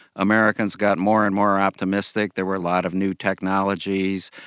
americans got more and more optimistic. there were a lot of new technologies,